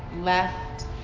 left